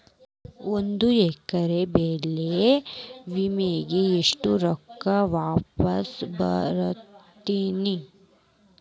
ಒಂದು ಎಕರೆ ಬೆಳೆ ವಿಮೆಗೆ ಎಷ್ಟ ರೊಕ್ಕ ವಾಪಸ್ ಬರತೇತಿ?